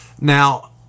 Now